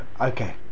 Okay